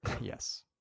Yes